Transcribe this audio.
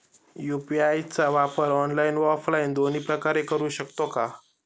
UPI चा वापर online व ऑफलाईन दोन्ही प्रकारे करु शकतो का?